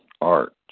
art